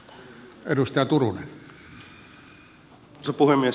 arvoisa puhemies